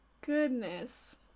goodness